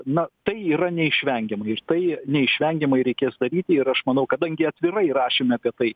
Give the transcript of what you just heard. na tai yra neišvengiama ir tai neišvengiamai reikės daryti ir aš manau kadangi atvirai įrašėm apie tai